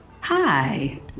Hi